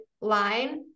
line